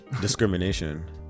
discrimination